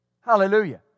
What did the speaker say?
Hallelujah